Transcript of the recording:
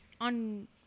On